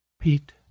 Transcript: Pete